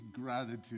gratitude